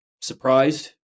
surprised